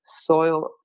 soil